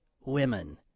women